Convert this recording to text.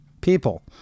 people